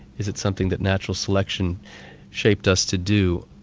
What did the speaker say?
is it something that natural selection shaped us to do?